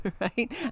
right